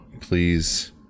please